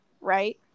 right